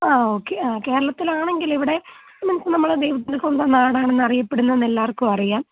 ആ ഓക്കെ ആ കേരളത്തിലാണെങ്കിലിവിടെ മീൻസ് നമ്മളുടെ ദൈവത്തിൻ്റെ സ്വന്തം നാടാണെന്നറിയപ്പെടുന്നത് എല്ലാവർക്കും അറിയാം